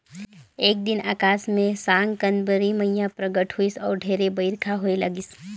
एक दिन अकास मे साकंबरी मईया परगट होईस अउ ढेरे बईरखा होए लगिस